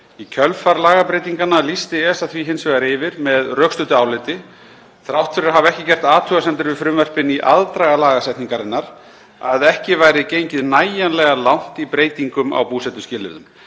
Í kjölfar lagabreytinganna lýsti ESA því hins vegar yfir með rökstuddu áliti, þrátt fyrir að hafa ekki gert athugasemdir við frumvörpin í aðdraganda lagasetningarinnar, að ekki væri gengið nægilega langt í breytingum á búsetuskilyrðum.